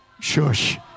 Shush